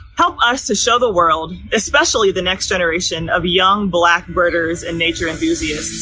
help us to show the world, especially the next generation of young, black birders and nature enthusiasts,